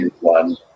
one